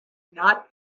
not